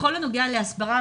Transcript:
בכל הנוגע להסברה,